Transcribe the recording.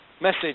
Message